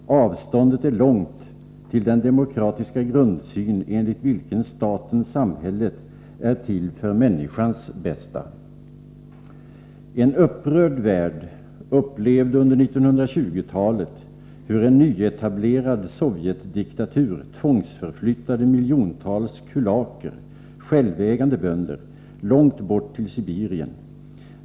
Avståndet är långt till den demokratiska grundsyn enligt vilken staten/samhället är till för människans bästa. En upprörd värld upplevde under 1920-talet hur en nyetablerad sovjetdiktatur tvångsförflyttade miljontals kulaker, självägande bönder, långt bort till Sibirien.